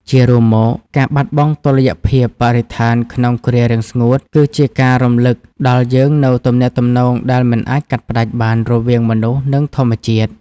ជារួមមក ការបាត់បង់តុល្យភាពបរិស្ថានក្នុងគ្រារាំងស្ងួត គឺជាការរំលឹកដល់យើងនូវទំនាក់ទំនងដែលមិនអាចកាត់ផ្ដាច់បានរវាងមនុស្ស និងធម្មជាតិ។